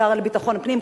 השר לביטחון פנים,